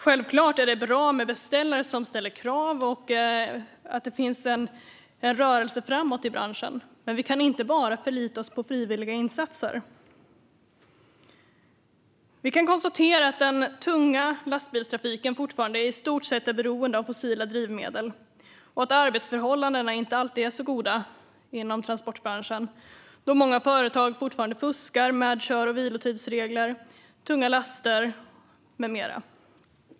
Självklart är det bra med beställare som ställer krav och att det finns en rörelse framåt i branschen, men vi kan inte bara förlita oss på frivilliga insatser. Vi kan konstatera att den tunga lastbilstrafiken fortfarande i stort sett är beroende av fossila drivmedel och att arbetsförhållandena inom transportbranschen inte alltid är så goda. Många företag fuskar fortfarande med kör och vilotidsregler, med för tunga laster med mera.